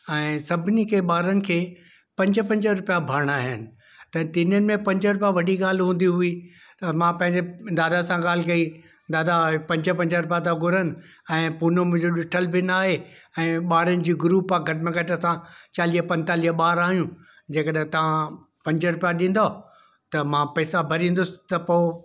ऐं सभिनि खे ॿारनि खे पंज पंज रुपिया भरिणा आहिनि त तिन ॾींहनि में पंज रुपिया वॾी ॻाल्हि हूंदी हुई त मां पंहिंजे दादा सां ॻाल्हि कई दादा पंज पंज रुपिया था घुरनि ऐं पुणे मुंहिंजो ॾिठल बि न आहे ऐं ॿारनि जी ग्रुप आहे घटि में घटि असां चालीह पंजेतालीह ॿार आहियूं जंहिं कॾहिं तव्हां पंज रुपिया ॾींदव त मां पैसा भरींदुसि त पोइ